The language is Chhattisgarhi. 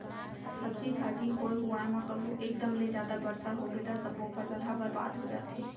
सब्जी भाजी होए हुवाए म कभू एकदम ले जादा बरसा होगे त सब्बो फसल ह बरबाद हो जाथे